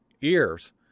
ears